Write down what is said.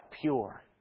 pure